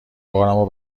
بارمو